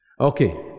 Okay